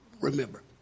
remember